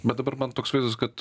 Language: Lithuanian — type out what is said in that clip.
bet dabar man toks vaizdas kad